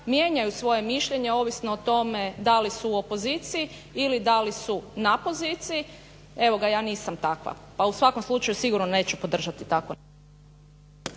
mijenjaju svoje mišljenje ovisno o tome da li su u opoziciji ili da su na poziciji. Evo ga ja nisam takva, pa u svakom slučaju sigurno neću podržati tako.